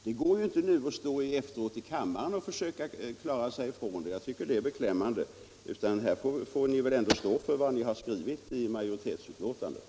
Det går ju inte att nu efteråt i kammaren försöka klara sig ifrån detta —- jag tycker det är beklämmande — utan ni får väl ändå stå för vad ni har skrivit i majoritetsyttrandet.